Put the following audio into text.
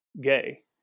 gay